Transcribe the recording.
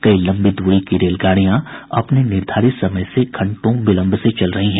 कई लम्बी दूरी की रेलगाड़ियां अपने निर्धारित समय से घंटो विलंब से चल रही हैं